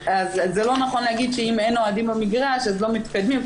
אז זה לא נכון להגיד שאם אין אוהדים במגרש אז לא מתקדמים,